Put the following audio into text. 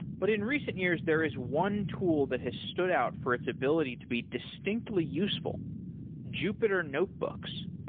but in recent years, there is one tool that has stood out for its ability to be distinctly useful jupyter notebooks.